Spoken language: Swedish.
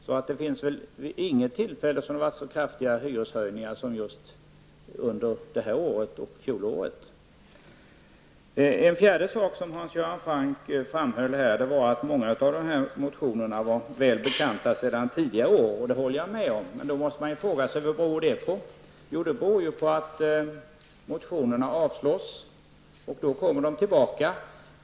Det har inte vid något annat tillfälle skett så kraftiga hyreshöjningar som under det här året och fjolåret. Hans Göran Franck framhöll att många av motionerna är välbekanta sedan tidigare år. Det håller jag med om. Man måste då fråga sig om vad det beror på. Jo, det beror på att motionerna avslås, och då kommer de tillbaka.